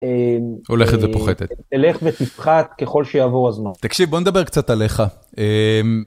הולכת ופוחתת. תלך ותפחת ככל שיעבור הזמן. תקשיב בוא נדבר קצת עליך.